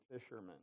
fishermen